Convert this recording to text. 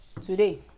Today